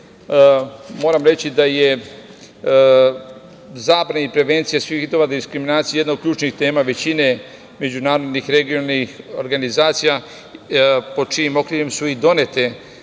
moram reći da je zabrane i prevencija svih vidova diskriminacije jedna od ključnih tema većine međunarodnih regionalnih organizacija pod čijim okriljem su i donete